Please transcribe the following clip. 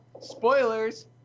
Spoilers